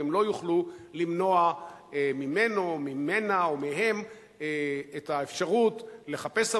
והן לא יוכלו למנוע ממנו או ממנה או מהם את האפשרות לחפש עבודה,